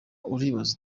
uribaza